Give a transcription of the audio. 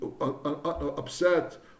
upset